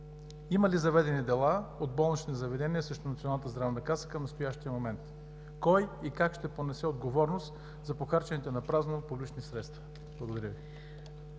Има ли заведени дела от болнични заведения срещу Националната здравна каса към настоящия момент? Кой и как ще понесе отговорност за похарчените напразно публични средства? Благодаря Ви.